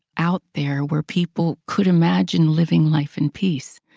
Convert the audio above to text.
out there where people could imagine living life in peace.